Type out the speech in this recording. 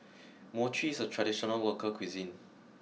Mochi is a traditional local cuisine